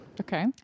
Okay